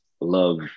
love